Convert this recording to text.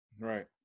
Right